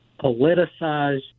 politicized